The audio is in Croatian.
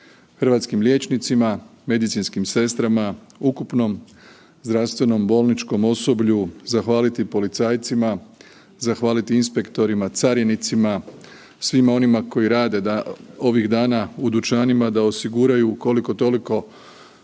hrvatskim liječnicima, medicinskim sestrama, ukupnom zdravstvenom bolničkom osoblju, zahvaliti policajcima, zahvaliti inspektorima, carinicima, svima onima koji rade ovih dana u dućanima, da osiguraju koliko toliko